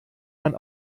man